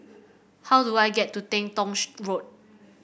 how do I get to Teng Tong Road